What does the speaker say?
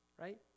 right